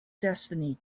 destiny